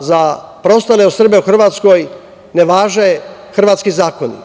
za preostale Srbe u Hrvatskoj ne važe hrvatski zakoni,